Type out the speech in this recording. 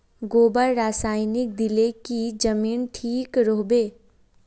गोबर रासायनिक दिले की जमीन ठिक रोहबे?